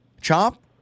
Chop